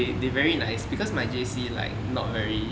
they they very nice because my J_C like not very